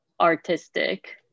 artistic